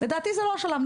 לדעתי זה לא השלב.